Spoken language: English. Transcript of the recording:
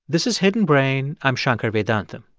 this is hidden brain. i'm shankar vedantam